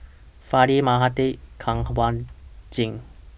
Fali Mahade Kanwaljit